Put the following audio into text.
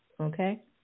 okay